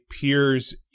peers